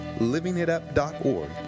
LivingItUp.org